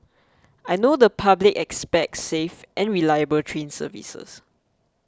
I know the public expects safe and reliable train services